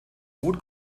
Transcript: gut